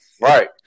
Right